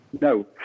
No